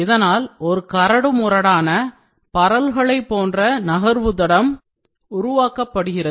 இதனால் ஒரு கரடுமுரடான பரல்களை போன்ற நகர்வுதடம் உருவாக்கப்படுகிறது